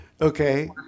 okay